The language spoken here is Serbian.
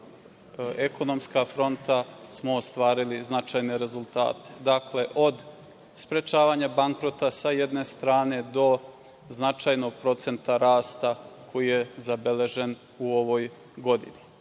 ekonomska fronta smo ostvarili značajne rezultate, dakle, od sprečavanja bankrota, sa jedne strane do značajnog procenta rasta koji je zabeležen u ovoj godini. Da